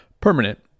permanent